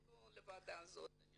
ואני לא מדברת על הוועדה הזאת.